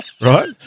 Right